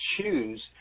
choose